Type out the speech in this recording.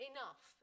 Enough